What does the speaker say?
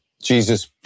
Jesus